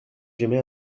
j’émets